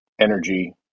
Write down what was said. energy